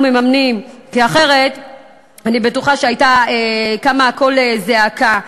מממנים, כי אחרת אני בטוחה שהיה קם קול זעקה.